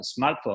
smartphone